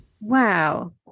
Wow